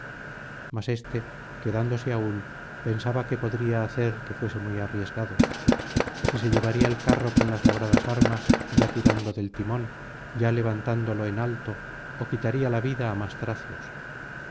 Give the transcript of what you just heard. mas éste quedándose aún pensaba qué podría hacer que fuese muy arriesgado si se llevaría el carro con las labradas armas ya tirando del timón ya levantándolo en alto ó quitaría la vida á más tracios